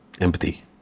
empathy